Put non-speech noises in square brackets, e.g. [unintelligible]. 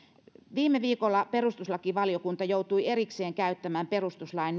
viime viikolla perustuslakivaliokunta joutui erikseen käyttämään perustuslain [unintelligible]